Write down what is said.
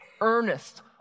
earnest